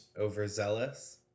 overzealous